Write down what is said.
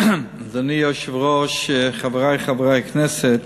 אדוני היושב-ראש, חברי חברי הכנסת,